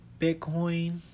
Bitcoin